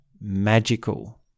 magical